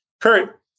Kurt